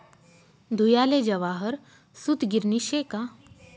धुयाले जवाहर सूतगिरणी शे का